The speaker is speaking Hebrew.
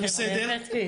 באמת.